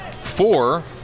Four